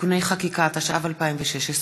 (תיקוני חקיקה), התשע"ו 2016,